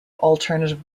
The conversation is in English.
alternative